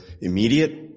immediate